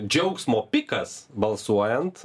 džiaugsmo pikas balsuojant